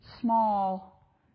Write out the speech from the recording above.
small